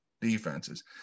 defenses